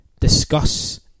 discuss